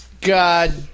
God